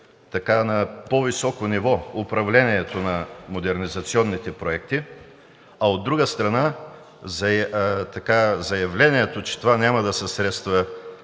на по-високо ниво управлението на модернизационните проекти, а от друга страна, заявлението, че това няма да са средства,